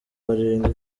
barindwi